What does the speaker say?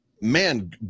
man